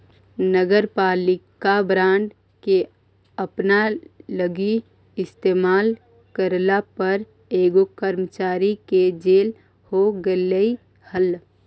नगरपालिका बॉन्ड के अपना लागी इस्तेमाल करला पर एगो कर्मचारी के जेल हो गेलई हल